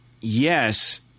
yes